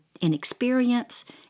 inexperience